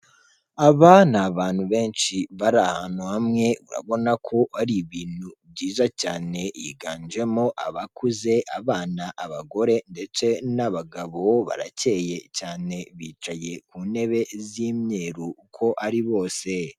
Mu muhanda haruguru yaho hari amazu ageretse kabiri ubona ko handitseho ngo hoteli cyangwa aparitema aho bacumbikira abantu bakaraharara, kandi munsi yaho hari aho bahahira hari isoko rinini bahahiramo.